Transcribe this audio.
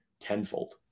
tenfold